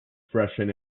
freshen